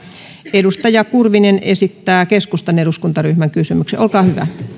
edustaja kurvinen esittää keskustan eduskuntaryhmän kysymyksen olkaa hyvä